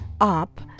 up